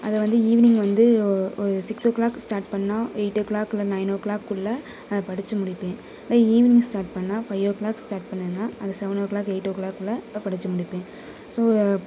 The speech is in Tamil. அதை வந்து ஈவினிங் வந்து ஒரு சிக்ஸ் ஓ க்ளாக் ஸ்டார்ட் பண்ணால் எயிட் ஓ க்ளாக் இல்லை நைன் ஓ க்ளாக்குள்ளே அதை படித்து முடிப்பேன் இல்லை ஈவினிங் ஸ்டார்ட் பண்ணால் ஃபைவ் ஓ க்ளாக் ஸ்டார்ட் பண்ணேன்னா அதை செவன் ஓ க்ளாக் எயிட் ஓ க்ளாக்குள்ளே படித்து முடிப்பேன் ஸோ